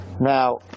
Now